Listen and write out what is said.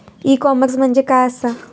E commerce म्हणजे काय असा?